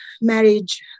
marriage